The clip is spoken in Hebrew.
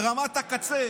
ברמת הקצה